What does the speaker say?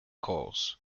course